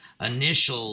initial